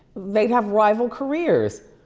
they'd have rival careers.